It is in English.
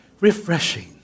Refreshing